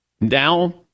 Now